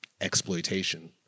exploitation